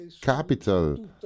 capital